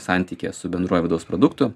santykyje su bendruoju vidaus produktu